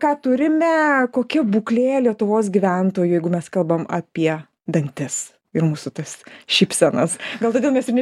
ką turime ne kokia būklė lietuvos gyventojų jeigu mes kalbam apie dantis ir mūsų tas šypsenas gal todėl mes ir ne